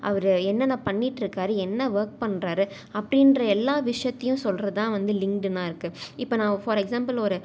அவர் என்னென்ன பண்ணிட்டிருக்காரு என்ன ஒர்க் பண்றாரு அப்படின்ற எல்லா விஷயத்தையும் சொல்கிறது தான் வந்து லிங்க்ட்இன்னாக இருக்குது இப்போ நான் ஃபார் எக்ஸ்சாம்பிள் ஒரு